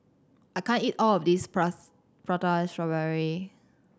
I can't eat all of this Prata Strawberry